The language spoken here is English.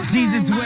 Jesus